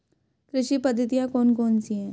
कृषि पद्धतियाँ कौन कौन सी हैं?